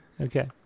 okay